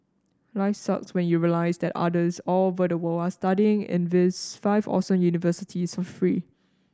life sucks when you realise that others all over the world are studying in these five awesome universities for free